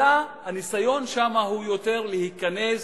אלא הניסיון שם הוא יותר להיכנס,